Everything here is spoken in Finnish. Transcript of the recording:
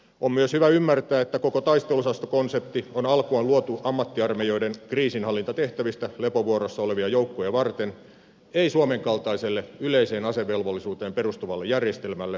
on myös hyvä ymmärtää että koko taisteluosastokonsepti on alkuaan luotu ammattiarmeijoiden kriisinhallintatehtävistä lepovuorossa olevia joukkoja varten ei suomen kaltaiselle yleiseen asevelvollisuuteen perustuvalle järjestelmälle